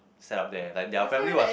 set up there like their family was